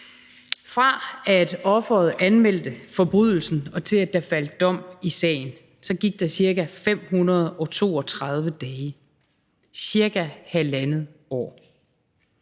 Fra at offeret anmeldte forbrydelsen, til at der faldt dom i sagen, gik der 532 dage, altså cirka halvandet år.